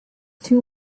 too